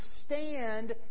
stand